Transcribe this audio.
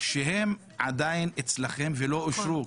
שהם עדיין אצלכם ולא אושרו.